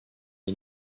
you